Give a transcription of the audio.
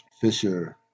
Fisher